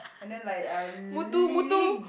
and then like uh Li Ling